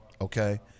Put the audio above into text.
okay